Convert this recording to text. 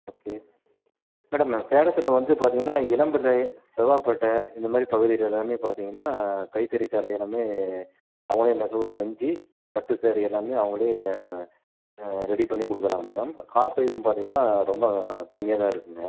okay madam நான் சேலத்தில் வந்து பார்த்தீங்கன்னா இளம்பிள்ளை செவ்வாய் பேட்டை இந்த மாதிரி பகுதி எல்லாமே பார்த்தீங்கன்னா கைத்தறி சேலை எல்லாமே அவங்களே நெசவு நெஞ்சி பட்டு சாரீ எல்லாமே அவங்களே ரெடி பண்ணி கொடுக்குறாங்க மேடம் காஸ்ட்வைஸ்ஸும் பார்த்தீங்கன்னா ரொம்ப கம்மியாகதான் இருக்குங்க